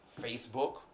Facebook